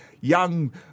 young